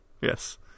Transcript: Yes